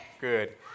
Good